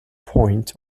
point